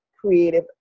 creative